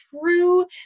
true